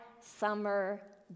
summer